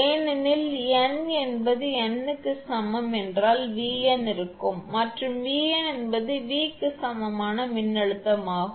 ஏனெனில் n என்பது n க்கு சமம் என்றால் 𝑉𝑛 இருக்கும் மற்றும் 𝑉𝑛 என்பது V க்கு சமமான மின்னழுத்தமாகும்